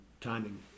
timing